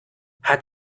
hat